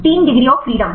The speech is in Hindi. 3 डिग्री ऑफ़ फ्रीडम